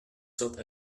sought